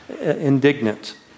indignant